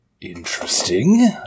Interesting